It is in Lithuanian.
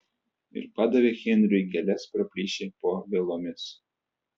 ir padavė henriui gėles pro plyšį po vielomis